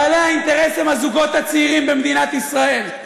בעלי האינטרס הם הזוגות הצעירים במדינת ישראל.